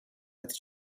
with